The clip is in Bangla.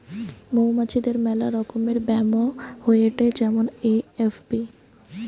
মৌমাছিদের মেলা রকমের ব্যামো হয়েটে যেমন এ.এফ.বি